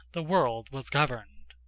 the world was governed.